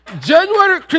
January